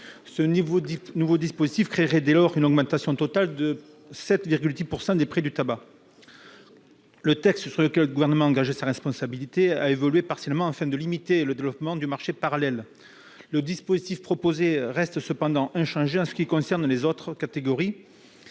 Ce nouveau dispositif créait dès lors une augmentation totale de 7,10 % des prix du tabac. Le texte sur lequel le Gouvernement a engagé sa responsabilité a évolué partiellement, afin de limiter le développement du marché parallèle. Le dispositif proposé reste cependant inchangé en ce qui concerne les autres catégories